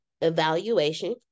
evaluation